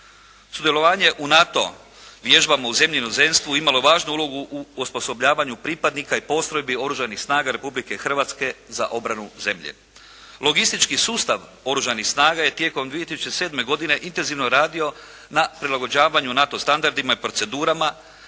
Sudjelovanje u NATO vježbama u zemlji i inozemstvu, imalo je važnu ulogu u osposobljavanju pripadnika i postrojbi Oružanih snaga Republike Hrvatske za obranu zemlje. Logistički sustav Oružanih snaga je tijekom 2007. godine intenzivno radio na prilagođavanju NATO standardima i procedurama,